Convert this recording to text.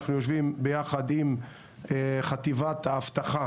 אנחנו יושבים ביחד עם חטיבת האבטחה